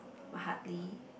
h~ hardly